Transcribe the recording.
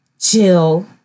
Chill